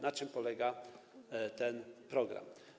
Na czym polega ten program?